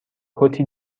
کتی